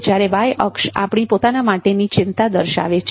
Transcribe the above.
જ્યારે Y અક્ષ આપણી પોતાના માટેની ચિંતા દર્શાવે છે